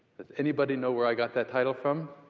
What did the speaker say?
does anybody know where i got that title from?